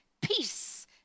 peace